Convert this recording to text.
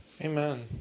Amen